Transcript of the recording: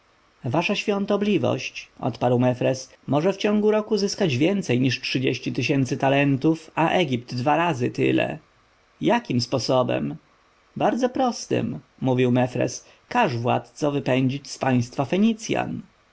wasza świątobliwość odparł mefres może w ciągu roku zyskać więcej niż trzydzieści tysięcy talentów a egipt dwa razy tyle jakim sposobem bardzo prostym mówił mefres każ władco wypędzić z państwa